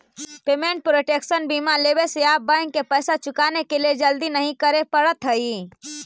payment protection बीमा लेवे से आप बैंक के पैसा चुकाने के लिए जल्दी नहीं करे पड़त हई